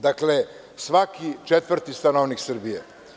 Dakle, svaki četvrti stanovnik Srbije.